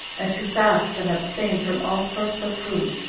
and to fast and abstain from all sorts of food,